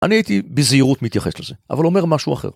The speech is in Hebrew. אני הייתי בזהירות מתייחס לזה, אבל אומר משהו אחר.